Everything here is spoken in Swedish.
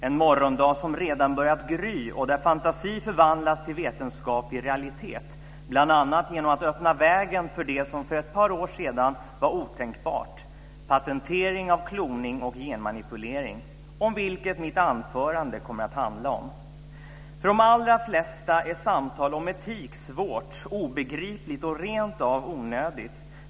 En morgondag som redan börjat gry och där fantasi förvandlats till vetenskaplig realitet, bl.a. genom att öppna vägen för det som för ett par år sedan var otänkbart - patentering av kloning och genmanipulering. Om detta kommer mitt anförande att handla. För de allra flesta är samtal om etik svåra, obegripliga och rent av onödiga.